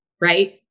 Right